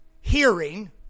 hearing